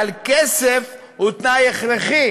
אבל כסף הוא תנאי הכרחי